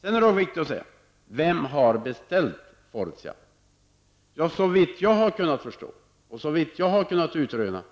Det är också av vikt att resa frågan vem som har beställt den nu aktuella inriktningen av Fortias verksamhet.